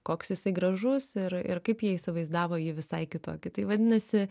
koks jisai gražus ir ir kaip jie įsivaizdavo jį visai kitokį tai vadinasi